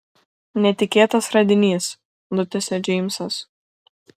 netikėtas radinys nutęsia džeimsas